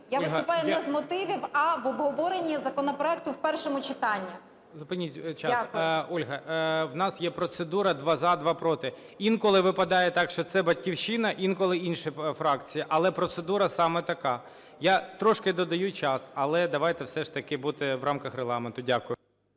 Я виступаю не з мотивів, а в обговоренні законопроекту в першому читанні. Дякую. ГОЛОВУЮЧИЙ. Зупиніть час. Ольга, в нас є процедура: два – за, два – проти. Інколи випадає так, що це "Батьківщина", інколи інша фракція, але процедура саме така. Я трішки додаю час, але давайте все ж таки бути в рамках Регламенту. Дякую.